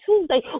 Tuesday